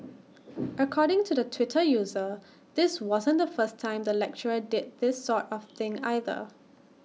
according to the Twitter user this wasn't the first time the lecturer did this sort of thing either